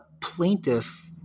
plaintiff